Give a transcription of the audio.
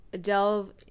delve